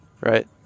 right